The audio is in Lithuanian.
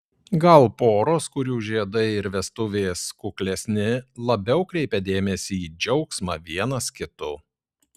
gal poros kurių žiedai ir vestuvės kuklesni labiau kreipia dėmesį į džiaugsmą vienas kitu